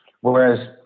whereas